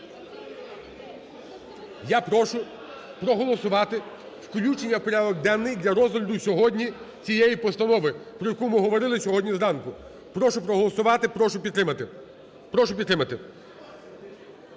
Я прошу проголосувати включення в порядок денний для розгляду сьогодні цієї постанови, про яку ми говорили сьогодні зранку. Прошу проголосувати, прошу підтримати.